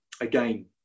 again